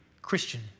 Christian